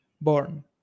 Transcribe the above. Born